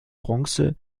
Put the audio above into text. bronze